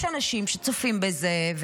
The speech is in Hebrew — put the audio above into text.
יש אנשים שצופים בזה,